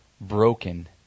broken